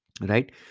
Right